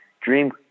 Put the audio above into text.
Dream